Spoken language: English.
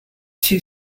two